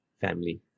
family